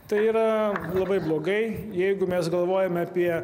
tai yra labai blogai jeigu mes galvojame apie